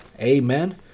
Amen